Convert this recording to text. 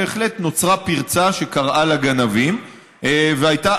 בהחלט נוצרה פרצה שקראה לגנבים והייתה